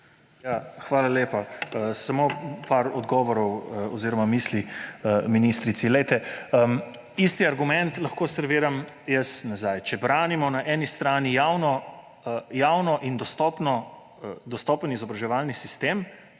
Hvala lepa. Samo par odgovorov oziroma misli ministrici. Poglejte, isti argument lahko serviram jaz nazaj: če branimo na eni strani javen in dostopen izobraževalni sistem